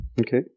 Okay